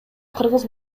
кыргыз